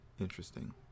Interesting